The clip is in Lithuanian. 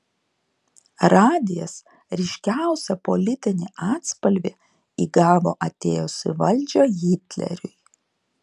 radijas ryškiausią politinį atspalvį įgavo atėjus į valdžią hitleriui